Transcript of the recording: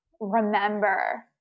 remember